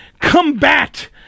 combat